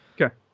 Okay